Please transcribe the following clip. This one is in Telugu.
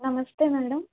నమస్తే మేడమ్